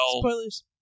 Spoilers